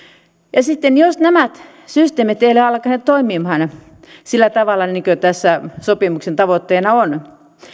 ja sitten jos nämä systeemit eivät ole alkaneet toimimaan sillä tavalla kuin tässä sopimuksen tavoitteena on